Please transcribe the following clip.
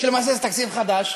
ולמעשה זה תקציב חדש,